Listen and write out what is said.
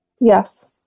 Yes